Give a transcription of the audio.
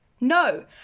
no